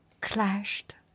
clashed